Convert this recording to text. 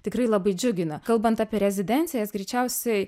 tikrai labai džiugina kalbant apie rezidencijas greičiausiai